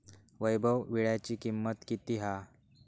वैभव वीळ्याची किंमत किती हा?